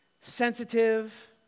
sensitive